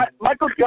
Michael